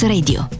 Radio